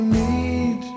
need